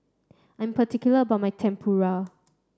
I'm particular about my Tempura